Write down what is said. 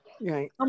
Right